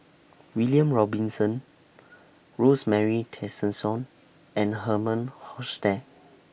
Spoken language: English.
William Robinson Rosemary Tessensohn and Herman Hochstadt